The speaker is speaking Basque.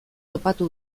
topatu